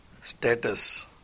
status